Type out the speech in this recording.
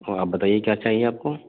اور آپ بتائیے کیا چاہیے آپ کو